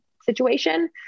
situation